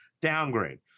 downgrade